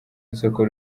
isoko